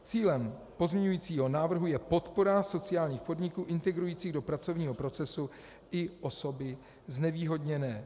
Cílem pozměňujícího návrhu je podpora sociálních podniků integrujících do pracovního procesu i osoby znevýhodněné.